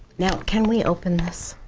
now can we open this?